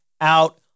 out